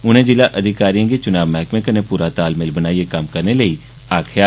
उनें जिला अधिकारियें गी च्ना मैहकमे कन्नै पूरा तालमेल बनाइयै कम्म करने लेई आक्खेया